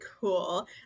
cool